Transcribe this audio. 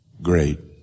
great